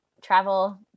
travel